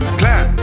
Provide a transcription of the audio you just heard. clap